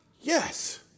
Yes